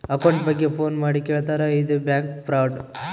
account ಬಗ್ಗೆ phone ಮಾಡಿ ಕೇಳ್ತಾರಾ ಇದು ಬ್ಯಾಂಕ್ ಫ್ರಾಡ್